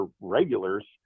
regulars